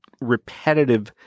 repetitive